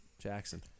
Jackson